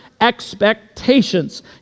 expectations